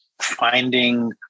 finding